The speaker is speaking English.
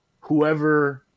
whoever